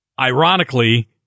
ironically